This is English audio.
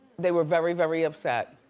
they were very very upset.